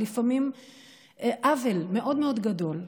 ולפעמים עוול מאוד מאוד גדול.